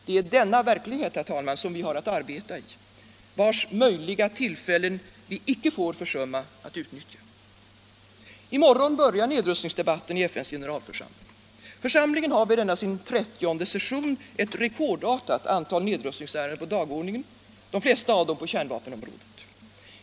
Det är denna verklighet, herr talman, som vi har att arbeta i och vars möjliga tillfällen vi icke får försumma att utnyttja. I morgon börjar nedrustningsdebatten i FN:s generalförsamling. Församlingen har vid denna sin 30:e session ett rekordartat antal nedrust ningsärenden på dagordningen, de flesta av dem på kärnvapenområdet.